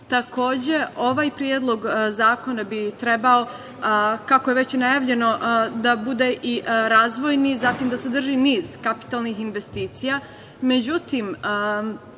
Takođe, ovaj predlog zakona bi trebao, kako je već najavljeno, da bude i razvojni, zatim da sadrži niz kapitalnih investicija.Međutim,